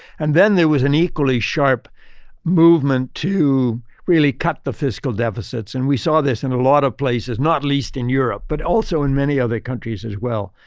and then, there was an equally sharp movement to really cut the fiscal deficits. and we saw this in a lot of places, not least in europe. but also in many other countries as well.